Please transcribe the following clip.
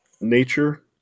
nature